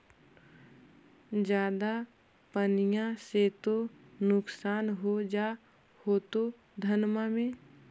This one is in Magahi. ज्यादा पनिया से तो नुक्सान हो जा होतो धनमा में?